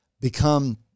become